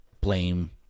blame